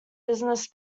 business